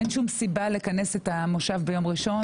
אין שום סיבה לכנס את המליאה ביום ראשון,